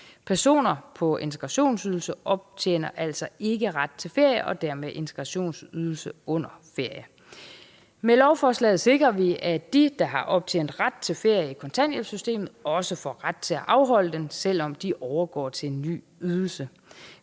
Personer på integrationsydelse optjener altså ikke ret til ferie og dermed integrationsydelse under ferie. Med lovforslaget sikrer vi, at dem, der har optjent ret til ferie i kontanthjælpssystemet, også får ret til at afholde den, selv om de overgår til en ny ydelse.